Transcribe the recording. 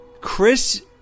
chris